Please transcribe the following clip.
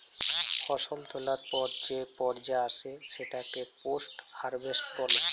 ফসল তোলার পর যে পর্যা আসে সেটাকে পোস্ট হারভেস্ট বলে